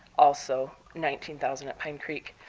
also nineteen thousand at pine creek.